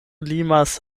limas